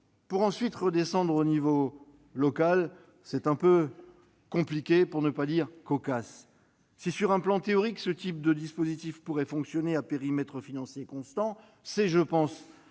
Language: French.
pour ensuite redescendre au niveau local. Tout cela est un peu compliqué, pour ne pas dire cocasse. Si, sur un plan théorique, ce type de dispositif pourrait fonctionner à périmètre financier constant- je pense